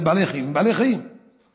הרי בעלי חיים זה